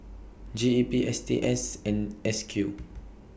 G E P S T S and S Q